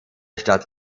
stadt